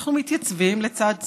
אנחנו מתייצבים לצד צה"ל,